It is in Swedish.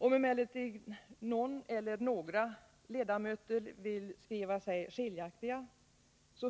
Om emellertid någon eller några ledamöter vill skriva sig skiljaktiga,